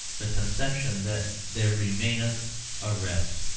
the conception that there remaineth a rest